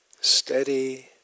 steady